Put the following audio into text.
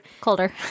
Colder